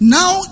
now